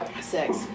sex